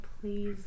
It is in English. please